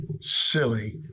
silly